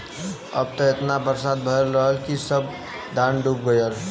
अब एतना बरसात भयल रहल कि सब धान डूब गयल